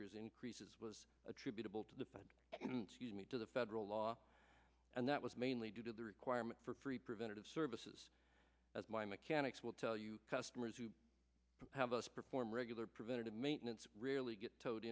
year's increases was attributable to the paid me to the federal law and that was mainly due to the requirement for free preventive services as my mechanics will tell you customers who have us perform regular preventive maintenance rarely get towed